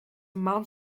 maan